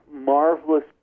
marvelous